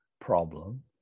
problem